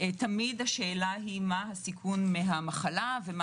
תמיד השאלה היא מה הסיכון מהמחלה ומה